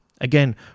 Again